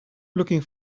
looking